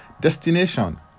destination